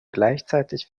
gleichzeitig